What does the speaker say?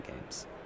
games